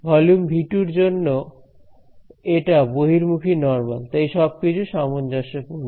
volume V 2 এর জন্য এটা বহির্মুখী নরমাল তাই সবকিছু সামঞ্জস্যপূর্ণ